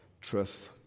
truth